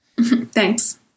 Thanks